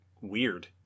weird